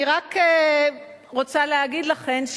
אני רק רוצה להגיד לכם,